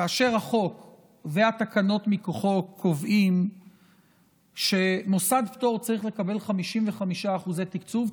כאשר החוק והתקנות מכוחו קובעים שמוסד פטור צריך לקבל 55% תקצוב,